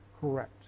correct